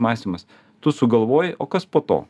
mąstymas tu sugalvoji o kas po to